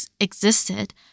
existed